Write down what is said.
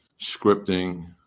scripting